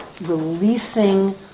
releasing